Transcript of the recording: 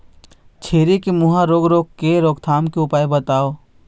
छेरी के मुहा रोग रोग के रोकथाम के उपाय बताव?